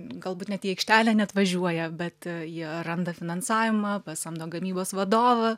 galbūt net į aikštelę neatvažiuoja bet jie randa finansavimą pasamdo gamybos vadovą